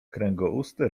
kręgouste